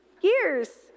years